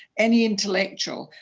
any intellectual,